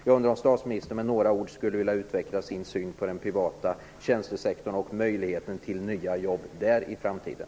Jag undrar om statsministern med några ord skulle vilja utveckla sin syn på den privata tjänstesektorn och möjligheten till nya jobb där i framtiden.